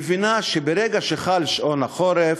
מבינים שברגע שחל שעון החורף,